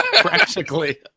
Practically